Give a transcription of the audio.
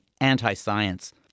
anti-science